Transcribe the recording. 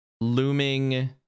looming